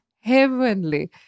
heavenly